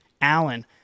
Allen